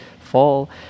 fall